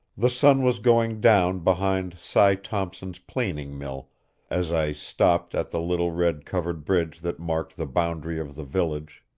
the sun was going down behind si thompson's planing mill as i stopped at the little red covered bridge that marked the boundary of the village.